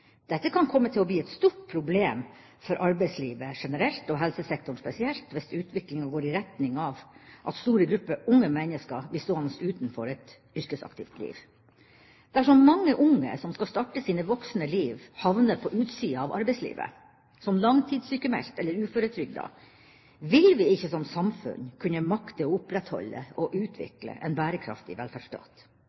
Dette kan komme til å bli et stort problem for arbeidslivet generelt, og helsesektoren spesielt, hvis utviklinga går i retning av at store grupper unge mennesker blir stående utenfor et yrkesaktivt liv. Dersom mange unge som skal starte sitt liv som voksen, havner på utsida av arbeidslivet, som langtidssykmeldte eller uføretrygda, vil vi ikke som samfunn kunne makte å opprettholde og utvikle en bærekraftig velferdsstat.